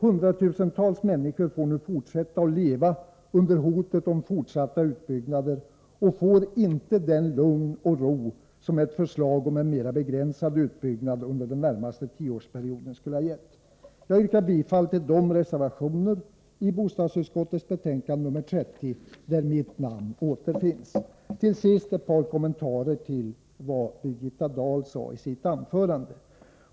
Hundratusentals människor får nu fortsätta att leva under hotet om fortsatta utbyggnader och får inte det lugn och den ro som ett förslag om en mera begränsad utbyggnad under den närmaste tioårsperioden skulle ha gett. Jag yrkar bifall till de reservationer som är fogade till bostadsutskottets betänkande nr 30, där mitt namn återfinns. Till sist ett par kommentarer till det som Birgitta Dahl sade i sitt anförande.